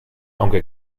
aunque